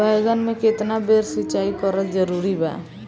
बैगन में केतना बेर सिचाई करल जरूरी बा?